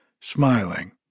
smiling